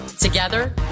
Together